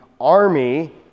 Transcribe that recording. army